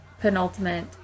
penultimate